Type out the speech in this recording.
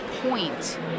point